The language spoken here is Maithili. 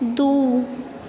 दू